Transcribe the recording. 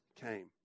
came